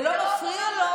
זה לא מפריע לו